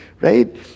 right